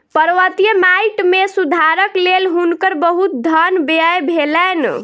पर्वतीय माइट मे सुधारक लेल हुनकर बहुत धन व्यय भेलैन